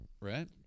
Right